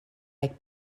like